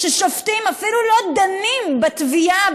ששופטים אפילו לא דנים בתביעה,